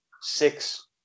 six